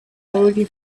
already